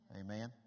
Amen